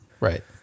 right